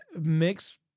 mix